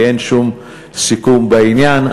כי אין שום סיכום בעניין.